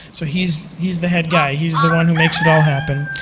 so he's he's the head guy. he's the one who makes it all happen.